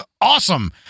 awesome